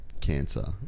cancer